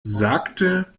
sagte